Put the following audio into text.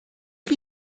chi